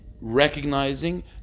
recognizing